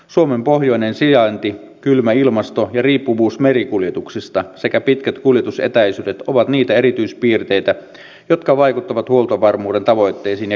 suomen pohjoinen sijainti kylmä ilmasto ja riippuvuus merikuljetuksista sekä pitkät kuljetusetäisyydet ovat niitä erityispiirteitä jotka vaikuttavat huoltovarmuuden tavoitteisiin ja keinovalikoimaamme